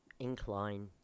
incline